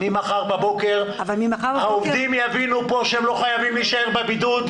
ממחר בבוקר העובדים יבינו פה שהם לא חייבים להישאר בבידוד.